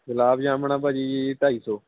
ਗੁਲਾਬ ਜਾਮੁਨਾਂ ਭਾਅ ਜੀ ਢਾਈ ਸੌ